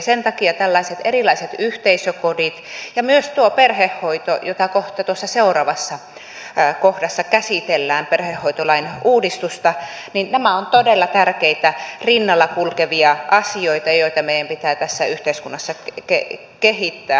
sen takia tällaiset erilaiset yhteisökodit ja myös perhehoito jota kohta seuraavassa kohdassa käsitellään perhehoitolain uudistusta nämä ovat todella tärkeitä rinnalla kulkevia asioita joita meidän pitää tässä yhteiskunnassa kehittää